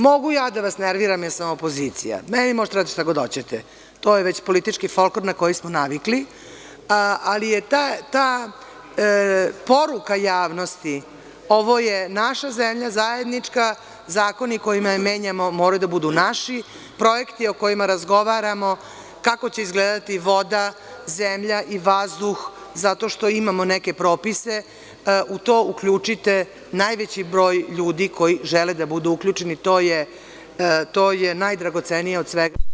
Mogu ja da vas nerviram, jer sam opozicija, meni možete da radite šta god hoćete, to je već politički folklor na koji smo navikli, ali jeta poruka javnosti – ovo je naša zemlja, zajednička, zakoni kojima je menjamo moraju da budu naši, projekti o kojima razgovaramo kako će izgledati voda, zemlja i vazduh zato što imamo neke propise, u to uključite najveći broj ljudi koji žele da budu uključeni, to je najdragocenije od svega